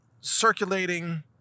circulating